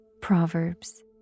proverbs